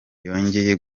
yongeye